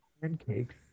pancakes